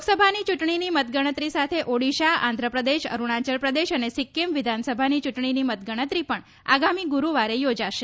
લોકસભાની ચૂંટણીની મતગણતરી સાથે ઓડિશા આંધ્રપ્રદેશ અરૂણાચલપ્રદેશ અને સિક્કીમ વિધાનસભાની ચૂંટણીની મતગણતરી પણ આગામી ગુરૂવારે યોજાશે